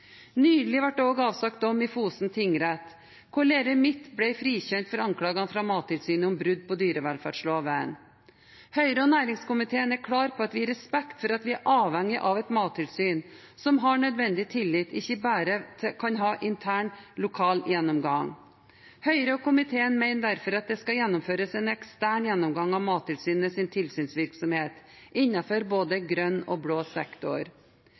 Nylig ble det også avsagt dom i Fosen tingrett hvor Lerøy Midt ble frikjent for anklagene fra Mattilsynet om brudd på dyrevelferdsloven. Høyre og næringskomiteen er klare på at vi i respekt for at vi er avhengige av et mattilsyn som har nødvendig tillit, ikke bare kan ha en intern lokal gjennomgang. Høyre og komiteen mener derfor at det skal gjennomføres en ekstern gjennomgang av Mattilsynets tilsynsvirksomhet innenfor både grønn og blå sektor.